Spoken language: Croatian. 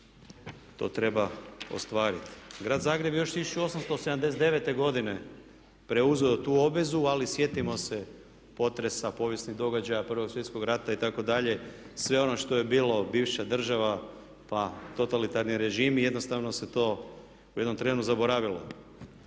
to treba ostvariti. Grad Zagreb je još 1879. godine preuzeo tu obvezu ali sjetimo se potresa, povijesnih događaja, prvog svjetskog rata itd. sve ono što je bilo, bivša država, pa totalitarni režimi jednostavno se to u jednom trenu zaboravilo.